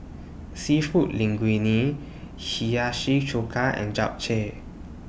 Seafood Linguine Hiyashi Chuka and Japchae